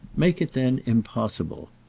make it then impossible.